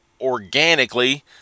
organically